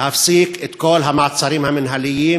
להפסיק את כל המעצרים המינהליים,